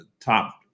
top